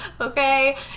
okay